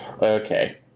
Okay